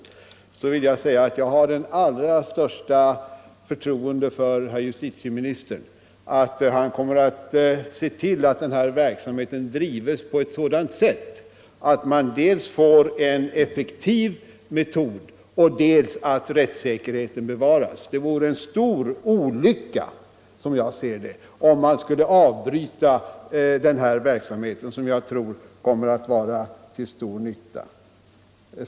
Till det vill jag säga att jag har det allra största förtroende för att herr justitieministern kommer att se till att denna verksamhet sköts på ett sådant sätt att man dels får en effektiv metod, dels bevarar rättssäkerheten. Det vore en stor olycka, som jag ser det, om man skulle avbryta den här verksamheten, som jag tror kommer att vara till stor nytta.